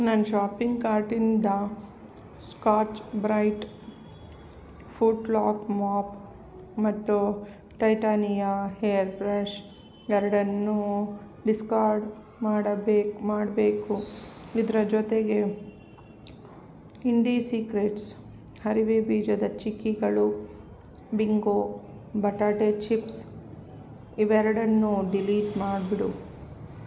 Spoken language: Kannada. ನನ್ನ ಶಾಪಿಂಗ್ ಕಾರ್ಟಿಂದ ಸ್ಕಾಚ್ ಬ್ರೈಟ್ ಫೂಟ್ಲಾಕ್ ಮಾಪ್ ಮತ್ತು ಟೈಟಾನಿಯ ಹೇರ್ ಬ್ರಷ್ ಎರಡನ್ನೂ ಡಿಸ್ಕಾರ್ಡ್ ಮಾಡಬೇಕು ಮಾಡಬೇಕು ಇದರ ಜೊತೆಗೆ ಇಂಡೀಸೀಕ್ರೆಟ್ಸ್ ಹರಿವೆ ಬೀಜದ ಚಿಕ್ಕಿಗಳು ಬಿಂಗೋ ಬಟಾಟೆ ಚಿಪ್ಸ್ ಇವೆರಡನ್ನೂ ಡಿಲೀಟ್ ಮಾಡಿಬಿಡು